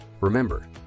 Remember